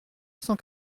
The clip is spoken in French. cent